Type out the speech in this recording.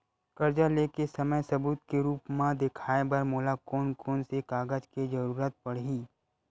कर्जा ले के समय सबूत के रूप मा देखाय बर मोला कोन कोन से कागज के जरुरत पड़ही?